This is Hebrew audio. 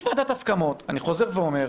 יש ועדת הסכמות אני חוזר ואומר,